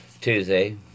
Tuesday